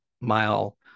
mile